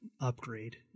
upgrade